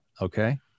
okay